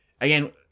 Again